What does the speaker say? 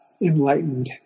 enlightened